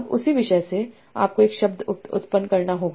अब उसी विषय से आपको एक शब्द उत्पन्न करना होगा